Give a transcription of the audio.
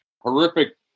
horrific